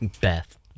beth